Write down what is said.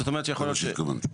זה מה שהתכוונתי.